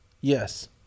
yes